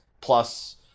plus